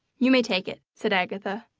you may take it, said agatha,